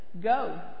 Go